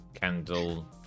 Candle